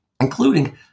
including